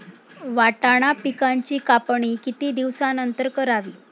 वाटाणा पिकांची कापणी किती दिवसानंतर करावी?